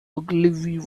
ogilvy